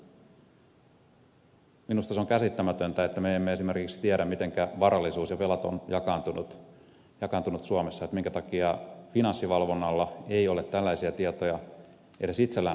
minusta se on käsittämätöntä että me emme esimerkiksi tiedä mitenkä varallisuus ja velat ovat jakaantuneet suomessa minkä takia finanssivalvonnalla ei ole tällaisia tietoja edes itsellään hallussaan